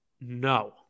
No